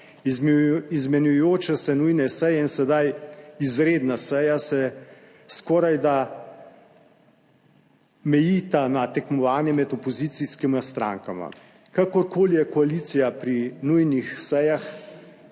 izmenjujoče se nujne seje in sedaj izredna seja se skorajda mejita na tekmovanje med opozicijskima strankama. Kakorkoli je koalicija pri nujnih sejah